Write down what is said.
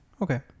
Okay